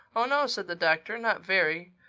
oh, no, said the doctor not very.